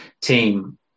team